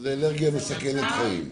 זה אלרגיה מסכנת חיים?